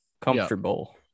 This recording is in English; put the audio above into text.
comfortable